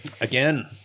again